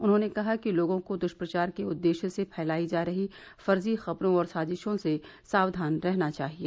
उन्होंने कहा कि लोगों को दुष्प्रचार के उद्देश्य से फैलाई जा रही फर्जी खबरों और साजिशों से साक्यान रहना चाहिए